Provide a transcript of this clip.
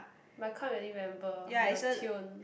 but can't really remember the tune